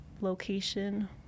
location